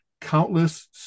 countless